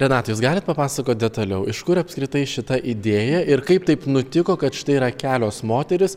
renata jūs galit papasakot detaliau iš kur apskritai šita idėja ir kaip taip nutiko kad štai yra kelios moterys